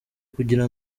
kugira